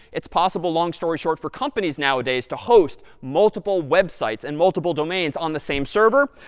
it's possible, long story short, for companies nowadays to host multiple websites and multiple domains on the same server.